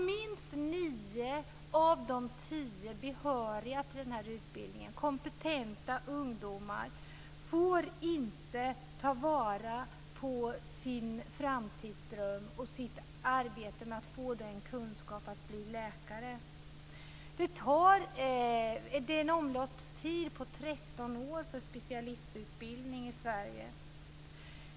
Minst nio av tio behöriga sökande till den här utbildningen - kompetenta ungdomar - får alltså inte förverkliga sin framtidsdröm och får inte arbeta med att få den kunskap som krävs för att de ska bli läkare. Det är en omloppstid på 13 år för specialistutbildningen i Sverige.